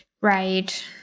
right